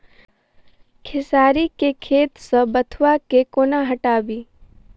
खेसारी केँ खेत सऽ बथुआ केँ कोना हटाबी